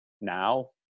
now